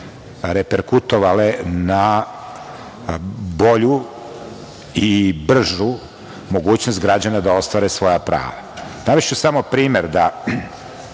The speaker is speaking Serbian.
reperkutovale na bolju i bržu mogućnost građana da ostvare svoja prava. Navešću samo primer da